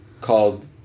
Called